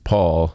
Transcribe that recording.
Paul